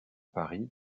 paris